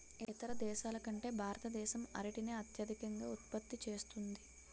ఇతర దేశాల కంటే భారతదేశం అరటిని అత్యధికంగా ఉత్పత్తి చేస్తుంది